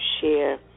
share